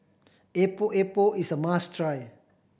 Epok Epok is a must try